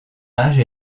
âge